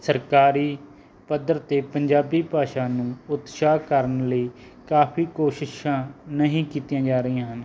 ਸਰਕਾਰੀ ਪੱਧਰ 'ਤੇ ਪੰਜਾਬੀ ਭਾਸ਼ਾ ਨੂੰ ਉਤਸ਼ਾਹ ਕਰਨ ਲਈ ਕਾਫ਼ੀ ਕੋਸ਼ਿਸ਼ਾਂ ਨਹੀਂ ਕੀਤੀਆਂ ਜਾ ਰਹੀਆਂ ਹਨ